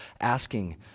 asking